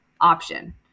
option